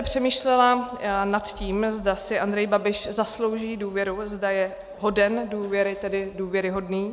Přemýšlela jsem nad tím, zda si Andrej Babiš zaslouží důvěru, zda je hoden důvěry, tedy důvěryhodný.